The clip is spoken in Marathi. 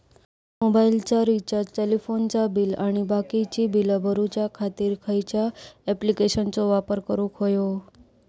मोबाईलाचा रिचार्ज टेलिफोनाचा बिल आणि बाकीची बिला भरूच्या खातीर खयच्या ॲप्लिकेशनाचो वापर करूक होयो?